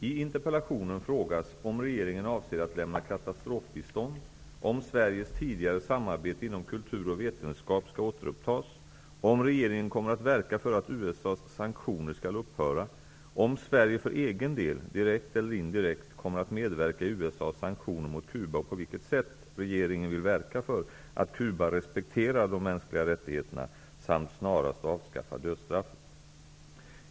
I interpellationen frågas om regeringen avser att lämna katastrofbistånd; om Sveriges tidigare samarbete inom kultur och vetenskap skall återupptas; om regeringen kommer att verka för att USA:s sanktioner skall upphöra; om Sverige för egen del, direkt eller indirekt, kommer att medverka i USA:s sanktioner mot Cuba och på vilket sätt regeringen vill verka för att Cuba respekterar de mänskliga rättigheterna samt snarast avskaffar dödsstraffet.